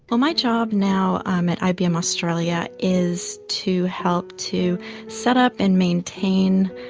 my job now um at ibm australia is to help to set up and maintain